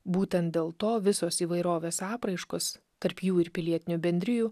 būtent dėl to visos įvairovės apraiškos tarp jų ir pilietinių bendrijų